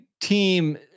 team